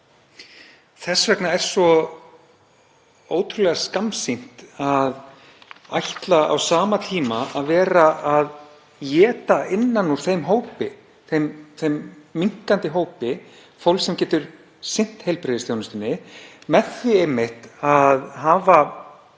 Þess vegna er svo ótrúlega skammsýnt að ætla á sama tíma að éta innan úr þeim minnkandi hópi fólks sem getur sinnt heilbrigðisþjónustunni með því einmitt að haga